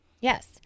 yes